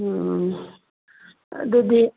ꯎꯝ ꯑꯗꯨꯗꯤ